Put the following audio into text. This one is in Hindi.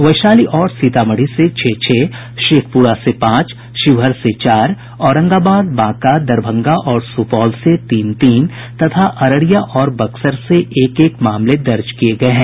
वैशाली और सीतामढ़ी से छह छह शेखपुरा से पांच शिवहर से चार औरंगाबाद बांका दरभंगा और सुपौल से तीन तीन तथा अररिया और बक्सर से एक एक मामले दर्ज किये गये हैं